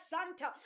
Santa